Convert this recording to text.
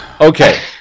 okay